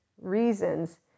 reasons